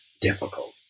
difficult